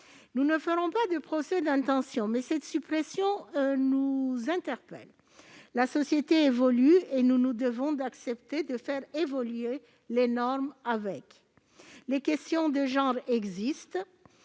Nous ne ferons pas de procès d'intention, mais cette suppression nous interpelle. La société évolue, et nous nous devons d'accepter de faire évoluer les normes. Les questions de genre existent,